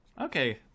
Okay